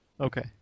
Okay